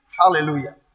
hallelujah